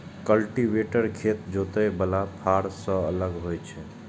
cultivator खेत जोतय बला फाड़ सं अलग होइ छै